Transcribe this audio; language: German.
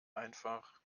einfach